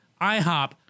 IHOP